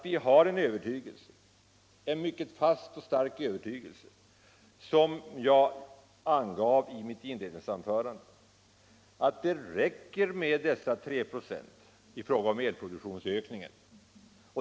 Vi har en mycket fast och stark övertygelse, som jag angav i mitt inledningsanförande, att det räcker med dessa 3 96 i elproduktionsökning.